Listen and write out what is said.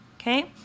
okay